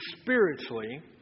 spiritually